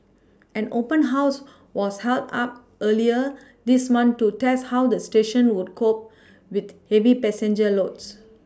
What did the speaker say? an open house was also hard up earlier this month to test how the stations would cope with heavy passenger loads